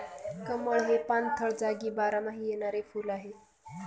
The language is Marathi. कमळ हे पाणथळ जागी बारमाही येणारे फुल आहे